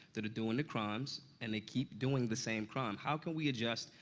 that are doing the crimes, and they keep doing the same crime. how can we adjust?